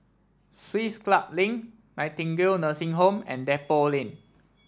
Swiss Club Link Nightingale Nursing Home and Depot Lane